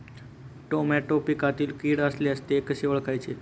Tomato पिकातील कीड असल्यास ते कसे ओळखायचे?